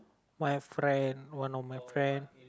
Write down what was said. my friend one of my friend